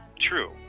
true